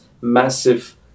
massive